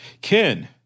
Ken